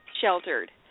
sheltered